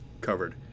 covered